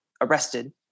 arrested